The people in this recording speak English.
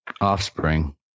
Offspring